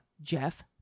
Jeff